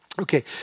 Okay